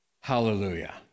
Hallelujah